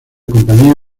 compañía